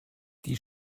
die